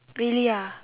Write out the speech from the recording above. really ah